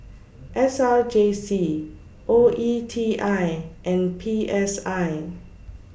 S R J C O E T I and P S I